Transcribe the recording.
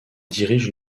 dirige